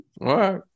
right